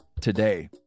today